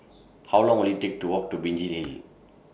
How Long Will IT Take to Walk to Binjai Hill